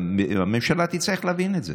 הממשלה תצטרך להבין את זה.